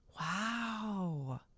Wow